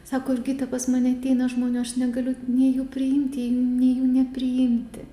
sako jurgita pas mane ateina žmonių aš negaliu nei jų priimti nei jų nepriimti